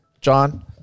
John